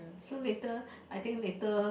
so later I think later